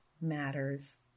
matters